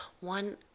One